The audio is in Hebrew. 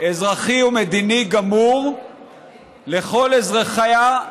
אזרחי ומדיני גמור לכל אזרחיה,